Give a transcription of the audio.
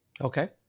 Okay